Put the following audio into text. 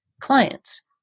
clients